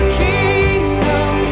kingdom